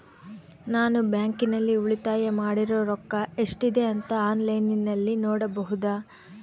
ನಾನು ಬ್ಯಾಂಕಿನಲ್ಲಿ ಉಳಿತಾಯ ಮಾಡಿರೋ ರೊಕ್ಕ ಎಷ್ಟಿದೆ ಅಂತಾ ಆನ್ಲೈನಿನಲ್ಲಿ ನೋಡಬಹುದಾ?